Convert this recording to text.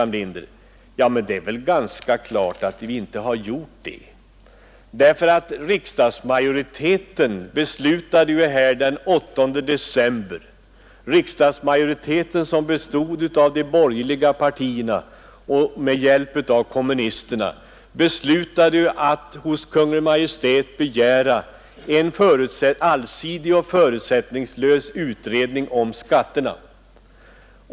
Men det är väl ganska naturligt att vi inte har gjort det, eftersom en riksdagsmajoritet, bestående av de borgerliga partierna med hjälp av kommunisterna, den 8 december förra året beslöt att hos Kungl. Maj:t begära en allsidig och förutsättningslös utredning om skatterna.